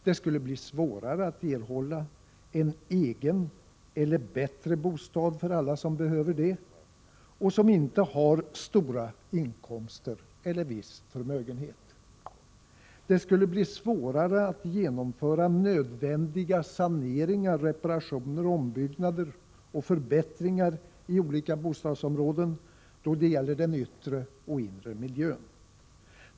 Det skulle bli svårare att erhålla en egen eller bättre bostad för alla som behöver det och som inte har stora inkomster eller viss förmögenhet. Det skulle bli svårare att genomföra nödvändiga saneringar, reparationer, ombyggnader och förbättringar i olika bostadsområden då det gäller den yttre och inre miljön.